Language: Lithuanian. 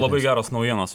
labai geros naujienos